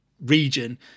region